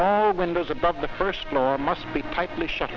windows above the first floor must be tightly shut